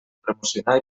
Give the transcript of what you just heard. promocionar